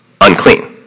unclean